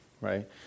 right